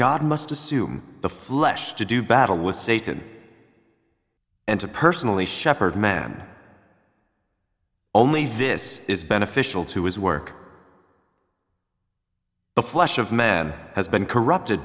god must assume the flesh to do battle with satan and to personally shepherd man only this is beneficial to his work the flesh of man has been corrupted